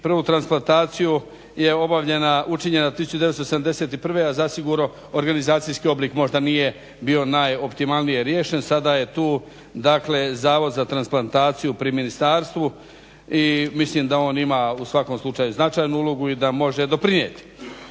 prvu transplantaciju je obavljena, učinjena 1971. a zasigurno organizacijski oblik možda nije bio najoptimalnije riješen, sada je tu dakle zavod za transplantaciju pri ministarstvu i mislim da on ima u svakom slučaju značajnu ulogu i da može doprinijeti.